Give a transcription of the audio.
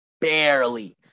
barely